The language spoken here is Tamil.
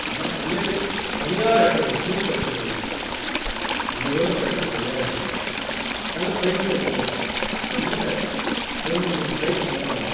ஆனால் பிள்ளைகள் தனியார் இடத்த வச்சே கற்றுக்கிட்ருக்காங்க இது வரையிலும் கற்றுட்டு விளையாடிட்டுருக்காங்க நல்ல ப்ரைஸ்ஸும் எடுத்துகிட்டு வராங்க எங்கள் ஊரில் ரெண்டு மூணு ப்ரைஸ் கொண்டு வந்தாங்க